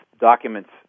documents